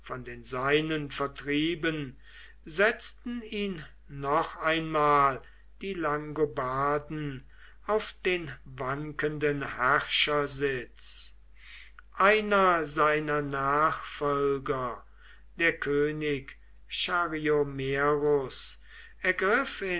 den seinen vertrieben setzten ihn noch einmal die langobarden auf den wankenden herrschersitz einer seiner nachfolger der könig chariomerus